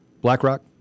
BlackRock